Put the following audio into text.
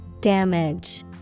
Damage